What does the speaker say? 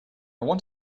want